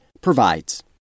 provides